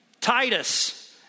Titus